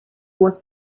was